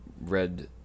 red